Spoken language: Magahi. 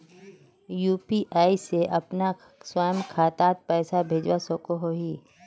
यु.पी.आई से अपना स्वयं खातात पैसा भेजवा सकोहो ही?